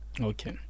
Okay